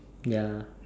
ya